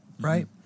right